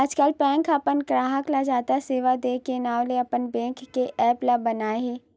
आजकल बेंक ह अपन गराहक ल जादा सेवा दे के नांव ले अपन बेंक के ऐप्स बनाए हे